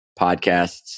podcasts